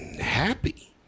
happy